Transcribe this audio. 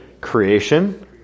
creation